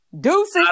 Deuces